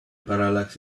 parallax